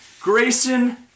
Grayson